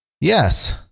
Yes